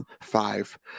five